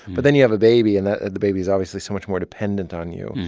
but then you have a baby, and the the baby is obviously so much more dependent on you.